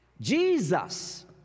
Jesus